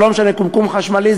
או בקומקום חשמלי,